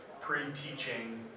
pre-teaching